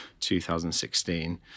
2016